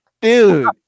dude